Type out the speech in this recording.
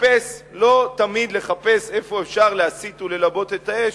לא תמיד לחפש איפה אפשר להסית וללבות את האש,